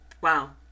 wow